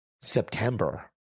September